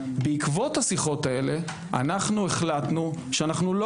בעקבות השיחות האלה החלטנו שאנחנו לא